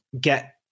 Get